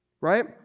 Right